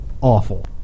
awful